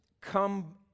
come